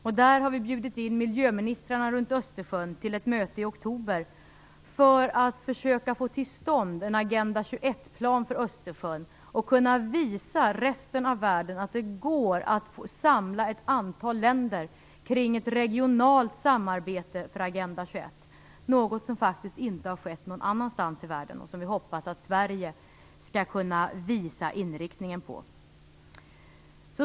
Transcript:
Vi har bjudit in miljöministrarna runt Östersjön till ett möte i oktober för att försöka få till stånd en Agenda 21-plan för Östersjön och kunna visa resten av världen att det går att samla ett antal länder kring ett regionalt samarbete för Agenda 21 - något som inte har skett någon annanstans i världen och som vi hoppas att Sverige skall kunna visa inriktningen på.